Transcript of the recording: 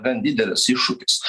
gan didelis iššūkis